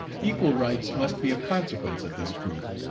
equal rights must be a consequence of this proof,